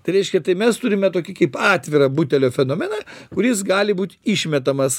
tai reiškia tai mes turime tokį kaip atvirą butelio fenomeną kuris gali būt išmetamas